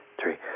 three